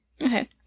Okay